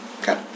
Okay